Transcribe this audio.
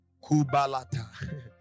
Kubalata